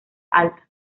alta